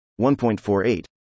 1.48